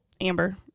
Amber